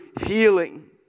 healing